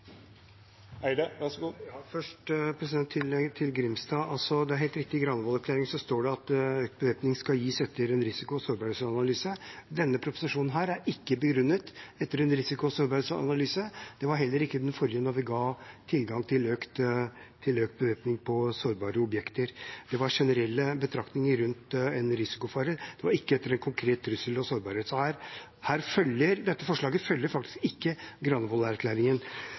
Først til Grimstad: Det er helt riktig at det står i Granavolden-erklæringen at økt bevæpning skal gis etter en risiko- og sårbarhetsanalyse. Denne proposisjonen er ikke begrunnet i en risiko- og sårbarhetsanalyse. Det var heller ikke den forrige, da vi ga tilgang til økt bevæpning på sårbare objekter. Det var generelle betraktninger rundt en risikofare og ikke etter en konkret trussel og sårbarhet. Så dette forslaget følger faktisk ikke